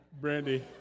Brandy